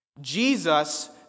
Jesus